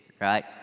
right